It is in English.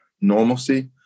normalcy